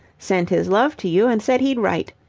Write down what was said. sent his love to you and said he'd write.